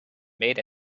made